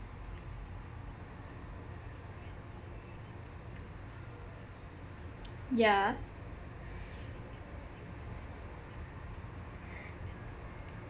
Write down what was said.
yah